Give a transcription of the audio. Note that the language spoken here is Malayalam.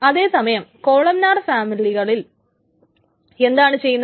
അതേ സമയം കോളമ്നാർ ഫാമിലികളിൽ എന്താണ് ചെയ്യുന്നത്